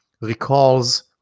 recalls